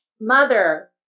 mother